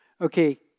Okay